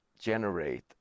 generate